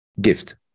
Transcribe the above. gift